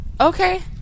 Okay